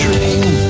Dream